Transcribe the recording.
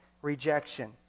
rejection